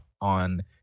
on